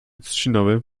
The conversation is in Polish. trzcinowy